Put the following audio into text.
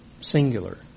Singular